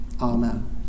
amen